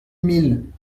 mille